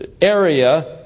area